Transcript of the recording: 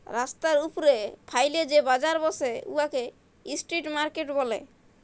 রাস্তার উপ্রে ফ্যাইলে যে বাজার ব্যসে উয়াকে ইস্ট্রিট মার্কেট ব্যলে